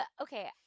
okay